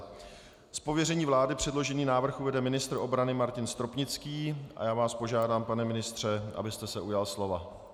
Z pověření vlády předložený návrh uvede ministr obrany Martin Stropnický a já vás požádám, pane ministře, abyste se ujal slova.